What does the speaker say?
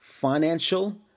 financial